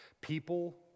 People